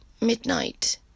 midnight